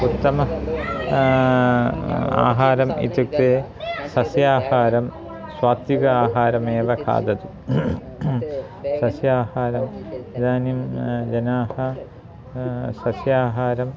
उत्तम आहारम् इत्युक्ते सस्याहारं सात्विक आहारमेव खादतु सस्याहारम् इदानीं जनाः सस्याहारं